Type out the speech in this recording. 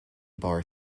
bar